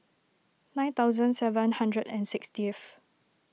nine thousand seven hundred and sixtieth